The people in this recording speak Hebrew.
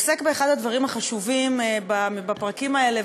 עוסק באחד הדברים החשובים בפרקים האלה,